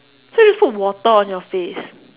so just put water on your face